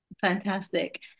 Fantastic